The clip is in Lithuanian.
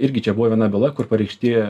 irgi čia buvo viena byla kur pareikšti